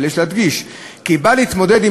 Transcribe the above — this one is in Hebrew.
אבל יש להדגיש כי היא באה להתמודד עם